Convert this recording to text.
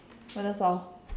so that's all